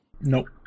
Nope